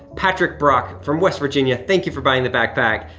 patrick brock from west virginia, thank you for buying the backpack.